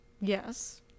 Yes